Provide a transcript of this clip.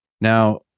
Now